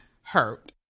hurt